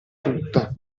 tutta